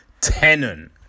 Tenon